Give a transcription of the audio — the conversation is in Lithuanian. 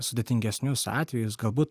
sudėtingesnius atvejus galbūt